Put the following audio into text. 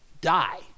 die